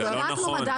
זה לא נכון.